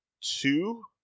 two